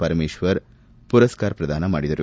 ಪರಮೇಶ್ವರ್ ಮರಸ್ಕಾರ ಪ್ರದಾನ ಮಾಡಿದರು